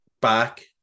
back